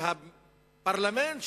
והפרלמנט,